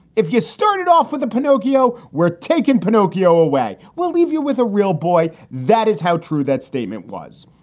if you started off with a pinocchio, we're taking pinocchio away. we'll leave you with a real boy. that is how true that statement was.